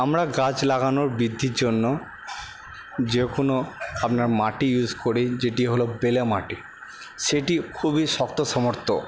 আমরা গাছ লাগানোর বৃদ্ধির জন্য যে কোনো আপনার মাটি ইউস করি যেটি হলো বেলে মাটি সেটি খুবই শক্ত সমর্থ